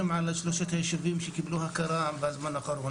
על שלושת היישובים שקיבלו הכרה בזמן האחרון.